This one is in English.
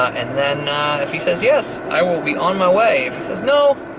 and then if he says yes, i will be on my way. if he says no,